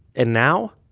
and now?